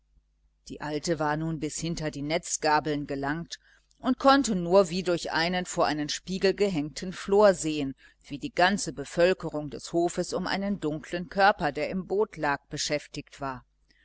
die alte war nun bis hinter die netzgabeln gelangt und konnte nur wie durch einen vor einen spiegel gehängten flor sehen wie die bevölkerung des ganzen hofes um einen dunklen körper der im boot lag beschäftigt war